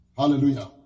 Hallelujah